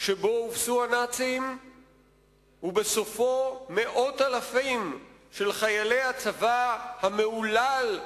שבו הובסו הנאצים ובסופו מאות אלפים של חיילי הצבא המהולל,